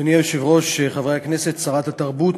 אדוני היושב-ראש, חברי הכנסת, שרת התרבות,